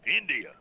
India